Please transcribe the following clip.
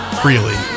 freely